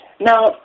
Now